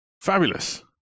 Fabulous